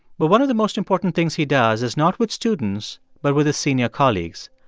but one of the most important things he does is not with students but with his senior colleagues.